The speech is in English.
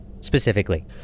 specifically